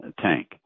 tank